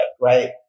right